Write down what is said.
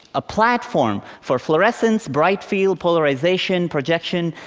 a platform for fluorescence, bright-field, polarization, projection,